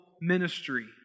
ministry